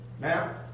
Now